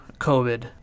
COVID